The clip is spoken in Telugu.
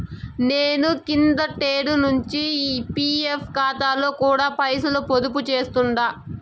నేను కిందటేడు నించి పీఎఫ్ కాతాలో కూడా పైసలు పొదుపు చేస్తుండా